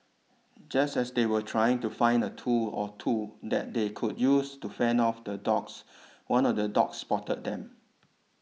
just as they were trying to find a tool or two that they could use to fend off the dogs one of the dogs spotted them